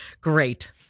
great